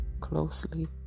closely